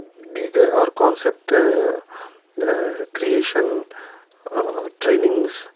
دیگر اور concept creation trainings